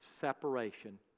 separation